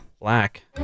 Black